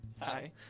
Hi